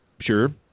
Sure